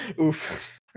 oof